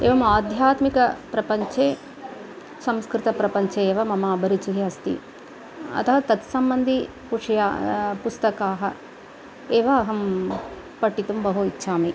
एवम् आध्यात्मिकप्रपञ्चे संस्कृतप्रपञ्चे एव मम अभिरुचिः अस्ति अतः तत्सम्बन्धि विषयानि पुस्तकानि एव अहं पठितुं बहु इच्छामि